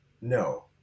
No